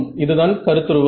இதுதான் கருத்துருவம்